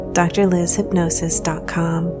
drlizhypnosis.com